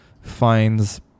finds